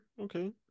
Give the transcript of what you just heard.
Okay